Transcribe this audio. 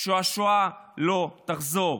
שהשואה לא תחזור.